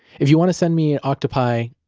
if you want to send me and octopi,